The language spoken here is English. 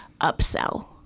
upsell